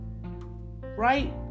Right